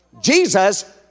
Jesus